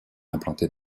implantés